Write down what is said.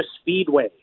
Speedway